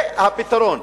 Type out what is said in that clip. זה הפתרון.